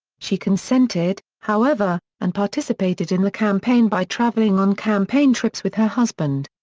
she consented, however, and participated in the campaign by traveling on campaign trips with her husband.